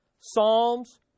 Psalms